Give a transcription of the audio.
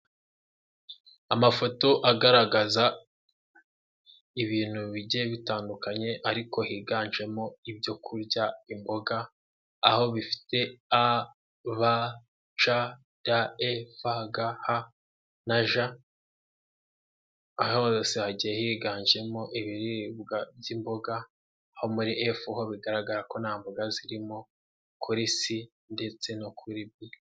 Amafoto agaragaza ibintu bigiye bitandukanye, ariko higanjemo ibyo kurya imboga, aho bifite ABCDEFGH na J. Aha hose hagiye higanjemo ibiribwa by'imboga, aho muri F ho bigaragara ko nta mboga zirimo kuri C ndetse no kuri B.